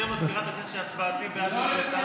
מזכירת הכנסת, שהצבעתי בעד נקלטה.